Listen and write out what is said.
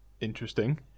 Interesting